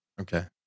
Okay